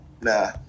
nah